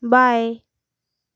बाएँ